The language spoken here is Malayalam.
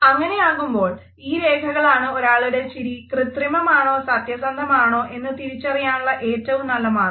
അങ്ങനെയാകുമ്പോൾ ഈ രേഖകളാണ് ഒരാളുടെ ചിരി കൃത്രിമമാണോ സത്യസന്ധമായതാണോ എന്ന് തിരിച്ചറിയാനുള്ള ഏറ്റവും നല്ല മാർഗം